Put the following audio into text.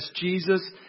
Jesus